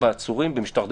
בהקשר העצורים עצמם,